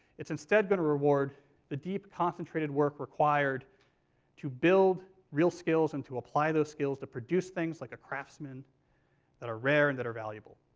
it's instead going to reward the deep, concentrated work required to build real skills and to apply those skills to produce things like a craftsman that are rare and that are valuable.